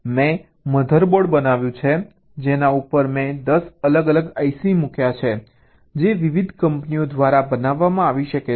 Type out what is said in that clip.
મેં મધરબોર્ડ બનાવ્યું છે જેના ઉપર મેં 10 અલગ અલગ ICs મૂક્યા છે જે વિવિધ કંપનીઓ દ્વારા બનાવવામાં આવી શકે છે